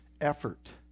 effort